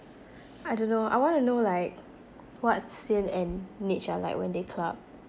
I don't know I wanna know like what's cyn and nitch are like when they club